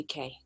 UK